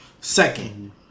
Second